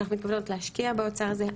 אנחנו מתכוונות להשקיע באוצר הזה,